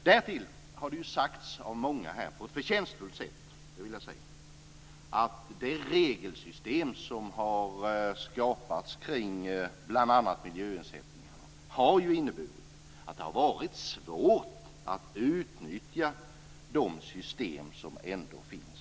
Därtill har, som på ett förtjänstfullt sätt sagts här av många, det regelsystem som har skapats kring bl.a. miljöersättningarna inneburit att det varit svårt utnyttja de system som ändå finns.